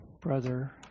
brother